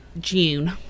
June